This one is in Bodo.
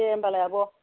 दे होनब्लालाय आब'